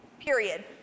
period